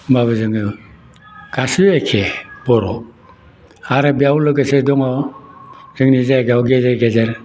होमब्लाबो जोङो गासिबो एखे बर' आरो बेयाव लोगोसे दङ जोंनि जायगायाव गेजेर गेजेर